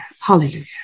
Hallelujah